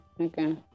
Okay